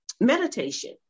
meditation